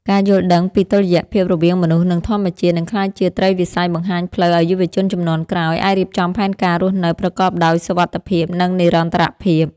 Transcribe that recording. ការយល់ដឹងពីតុល្យភាពរវាងមនុស្ស និងធម្មជាតិ នឹងក្លាយជាត្រីវិស័យបង្ហាញផ្លូវឱ្យយុវជនជំនាន់ក្រោយអាចរៀបចំផែនការរស់នៅប្រកបដោយសុវត្ថិភាព និងនិរន្តរភាព។